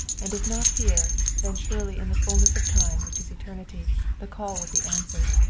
and if not here, then surely in the fullness of time which is eternity the call would be answered.